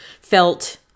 felt